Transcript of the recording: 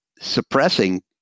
suppressing